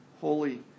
holy